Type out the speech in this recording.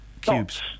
cubes